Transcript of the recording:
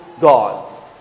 God